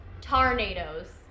tornadoes